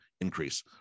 increase